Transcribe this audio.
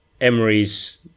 Emery's